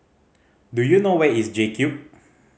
do you know where is JCube